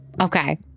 Okay